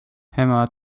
emma